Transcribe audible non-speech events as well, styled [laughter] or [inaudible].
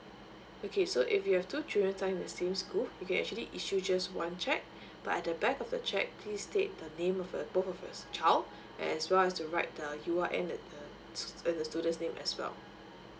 okay so if you have two children time in same school okay actually issue just one cheque [breath] but at the back of the check please state the name of uh both of uh child as well as to write the you are and the uh thestudents name as well